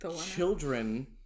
children